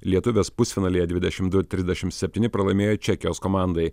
lietuvės pusfinalyje dvidešim du trisdešim septyni pralaimėjo čekijos komandai